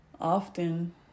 often